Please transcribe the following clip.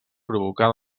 provocà